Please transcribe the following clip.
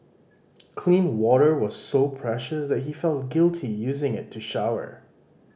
clean water was so precious that he felt guilty using it to shower